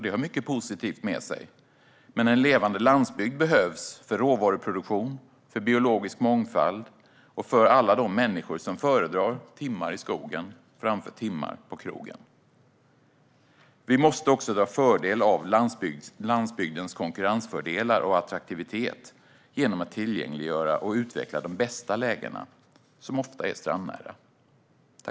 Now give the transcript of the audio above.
Det har mycket positivt med sig, men en levande landsbygd behövs för råvaruproduktion och biologisk mångfald och för alla de människor som föredrar timmar i skogen framför timmar på krogen. Vi måste också dra fördel av landsbygdens konkurrensfördelar och attraktivitet genom att tillgängliggöra och utveckla de bästa lägena, som ofta är strandnära.